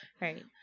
Right